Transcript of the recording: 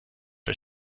der